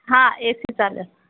हा A C चालेल